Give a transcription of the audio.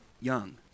young